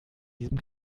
diesem